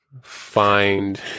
find